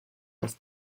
das